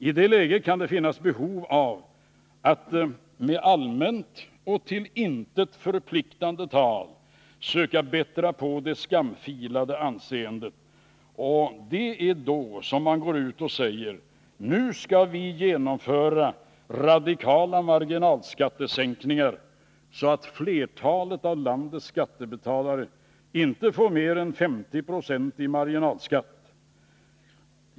I det läget kan det finnas behov av att med allmänt och till intet förpliktande tal söka bättra på det skamfilade anseendet, och det är då man går ut och säger: Nu skall vi genomföra radikala marginalskattesänkningar, så att flertalet av landets skattebetalare inte får mer än 50 0 i marginalskatt.